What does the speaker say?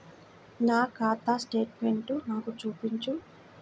నా ఖాతా స్టేట్మెంట్ను నాకు చూపించు